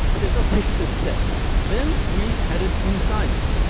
but there's no place to sit then we headed inside the building.